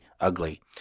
ugly